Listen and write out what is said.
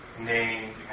name